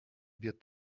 wird